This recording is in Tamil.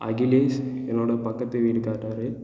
அகிலேஷ் என்னோடய பக்கத்து வீட்டுக்காரர்